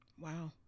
Wow